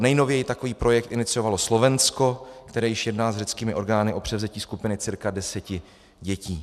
Nejnověji takový projekt iniciovalo Slovensko, které již jedná s řeckými orgány o převzetí skupiny cca deseti dětí.